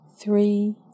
three